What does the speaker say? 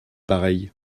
pareilles